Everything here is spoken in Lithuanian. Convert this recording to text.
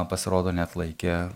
pasirodo neatlaikė